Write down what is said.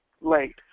late